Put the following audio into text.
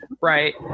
Right